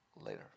later